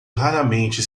raramente